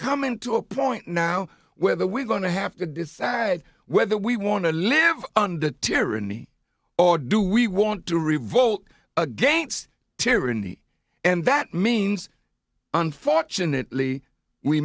coming to a point now whether we're going to have to decide whether we want to live under tyranny or do we want to revolt against tyranny and that means unfortunately we